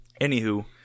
anywho